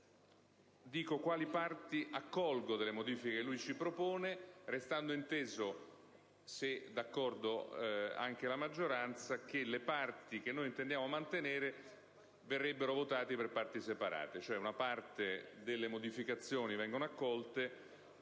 dico quali parti accolgo delle modifiche che lui ci propone, restando inteso - se è d'accordo anche la maggioranza - che le parti che intendiamo mantenere verrebbero votate per parti separate. Una parte delle modificazioni vengono quindi accolte,